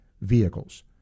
vehicles